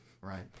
Right